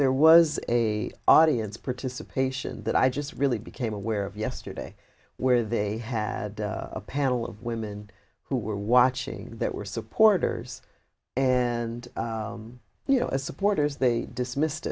there was a audience participation that i just really became aware of yesterday where they had a panel of women who were watching that were supporters and you know as supporters they dismissed